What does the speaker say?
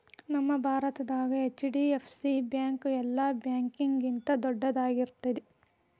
ನಮ್ಮ ಭಾರತದ HDFC bank ಯೆಲ್ಲಾ ಬ್ಯಾಂಕ್ಗಿಂತಾ ದೊಡ್ದೈತಿ